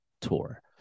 tour